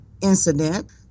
incident